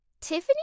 Tiffany